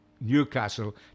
Newcastle